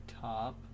top